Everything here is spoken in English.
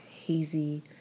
hazy